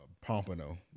Pompano